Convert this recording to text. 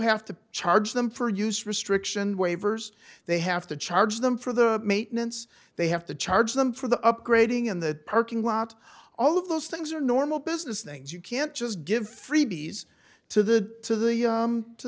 have to charge them for use restriction waivers they have to charge them for the maintenance they have to charge them for the upgrading in the parking lot all of those things are normal business things you can't just give freebies to the to the